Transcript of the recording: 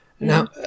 Now